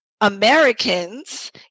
Americans